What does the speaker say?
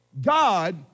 God